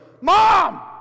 mom